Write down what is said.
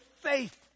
faith